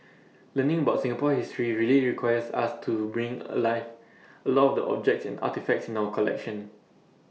learning about Singapore history really requires us to bring alive A lot of objects and artefacts in our collection